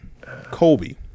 Colby